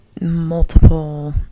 multiple